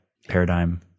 Paradigm